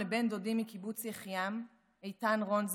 ובהם בן דודי מקיבוץ יחיעם איתן רון,